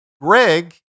Greg